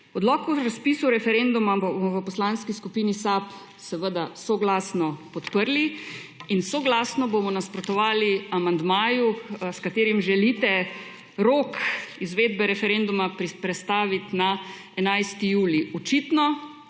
Odlok o razpisu referenduma bomo v Poslanski skupini SAB seveda soglasno podprli in soglasno bomo nasprotovali amandmaju, s katerim želite rok izvedbe referenduma prestaviti na 11. julij. Očitno